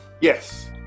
Yes